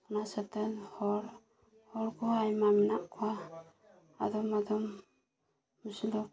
ᱚᱱᱟ ᱥᱟᱛᱮᱫ ᱦᱚᱲ ᱦᱚᱲ ᱠᱚᱦᱚᱸ ᱟᱭᱢᱟ ᱢᱮᱱᱟᱜ ᱠᱚᱣᱟ ᱟᱫᱚᱢ ᱟᱫᱚᱢ ᱢᱩᱥᱞᱟᱹ ᱠᱚ